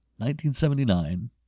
1979